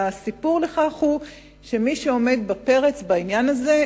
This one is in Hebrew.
והסיפור הוא שמי שעומד בפרץ בעניין זה,